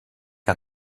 que